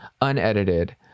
unedited